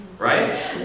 Right